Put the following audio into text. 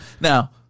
now